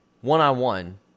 One-on-one